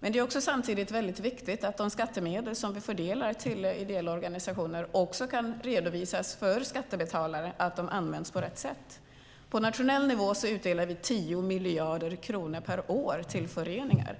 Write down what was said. Men det är också samtidigt viktigt att det kan redovisas för skattebetalarna att de skattemedel som vi fördelar till ideella organisationer används på rätt sätt. På nationell nivå utdelar vi 10 miljarder kronor per år till föreningar.